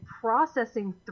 processing